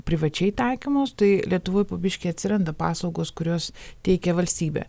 privačiai taikomos tai lietuvoj po biškį atsiranda paslaugos kurios teikia valstybė